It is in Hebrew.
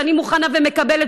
שאני מוכנה ומקבלת,